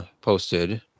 posted